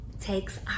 takes